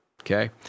okay